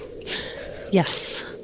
Yes